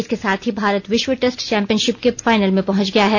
इस के साथ ही भारत विश्व टैस्ट चैम्पियनशिप के फाइनल में पहंच गया है